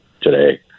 today